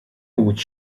łudź